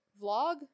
Vlog